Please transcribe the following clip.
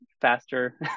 faster